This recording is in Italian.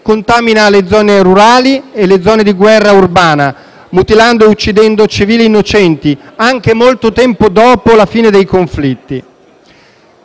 contamina le zone rurali e le zone di guerra urbana, mutilando e uccidendo civili innocenti, anche molto tempo dopo la fine dei conflitti.